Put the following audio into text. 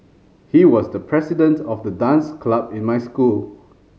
he was the president of the dance club in my school